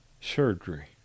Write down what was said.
surgery